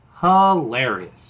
Hilarious